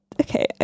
okay